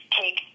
take